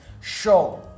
show